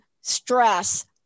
stress